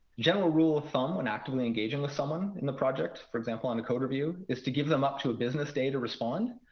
general rule of thumb when actively engaging with someone in the project, for example on a code review, is to give them up to a business day to respond.